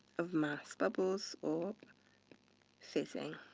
of mass bubbles, or fizzing.